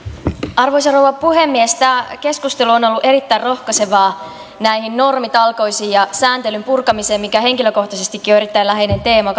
arvoisa rouva puhemies tämä keskustelu on ollut erittäin rohkaisevaa näihin normitalkoisiin ja sääntelyn purkamiseen liittyen mikä henkilökohtaisestikin on erittäin läheinen teema